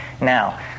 Now